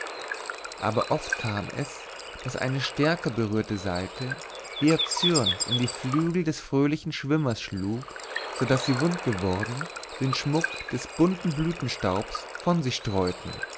aber oft kam es daß eine stärker berührte saite wie erzürnt in die flügel des fröhlichen schwimmers schlug so daß sie wund geworden den schmuck des bunten blütenstaubs von sich streuten